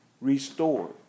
restored